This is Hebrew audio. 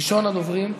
ראשון הדוברים,